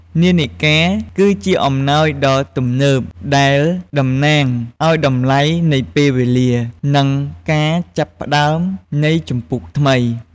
នាឡិកា គឺជាអំណោយដ៏ទំនើប ដែលតំណាងឱ្យតម្លៃនៃពេលវេលា និងការចាប់ផ្តើមនៃជំពូកថ្មី។